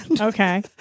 okay